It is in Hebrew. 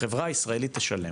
החברה הישראלית תשלם.